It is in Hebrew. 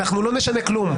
אנחנו לא נשנה כלום,